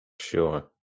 Sure